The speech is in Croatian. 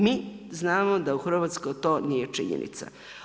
Mi znamo da u Hrvatskoj to nije činjenica.